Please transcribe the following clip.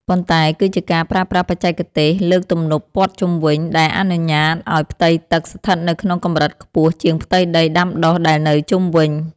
ប៉ុន្តែគឺជាការប្រើប្រាស់បច្ចេកទេសលើកទំនប់ព័ទ្ធជុំវិញ ដែលអនុញ្ញាតឱ្យផ្ទៃទឹកស្ថិតនៅក្នុងកម្រិតខ្ពស់ជាងផ្ទៃដីដាំដុះដែលនៅជុំវិញ។